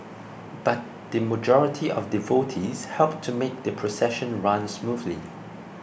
but the majority of devotees helped to make the procession run smoothly